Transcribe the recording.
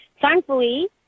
thankfully